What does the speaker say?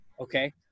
okay